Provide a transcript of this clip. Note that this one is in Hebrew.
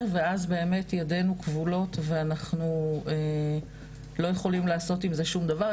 ואז באמת ידינו כבולות ואנחנו לא יכולים לעשות עם זה שום דבר.